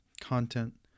content